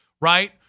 Right